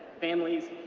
families,